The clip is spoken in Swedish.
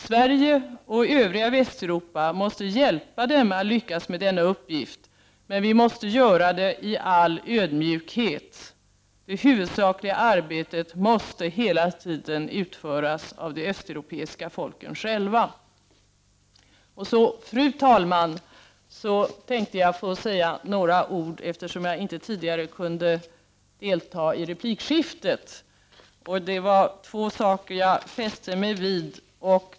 Sverige och övriga Västeuropa måste hjälpa dem att lyckas med denna uppgift, men vi måste göra det i all ödmjukhet. Det huvudsakliga arbetet måste hela tiden utföras av de östeuropeiska folken själva. Fru talman! Jag tänkte få säga några ord om den debatt som förts, eftersom jag inte tidigare kunde delta i replikskiftet. Det var två saker jag fäste mig vid.